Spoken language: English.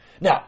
Now